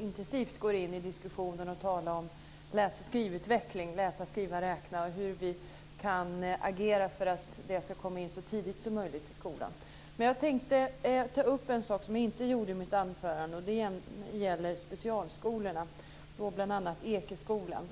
intensivt går in i en diskussion och talar om läs och skrivutveckling - läsa, skriva och räkna - och hur vi kan agera för att detta ska komma in så tidigt som möjligt i skolan. Men jag tänkte ta upp en sak som jag inte nämnde i mitt anförande. Det gäller specialskolorna, och då bl.a. Ekeskolan.